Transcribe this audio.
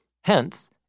Hence